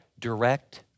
direct